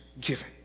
given